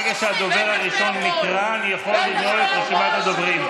ברגע שהדובר הראשון נקרא אני יכול לנעול את רשימת הדוברים.